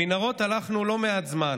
במנהרות הלכנו לא מעט זמן,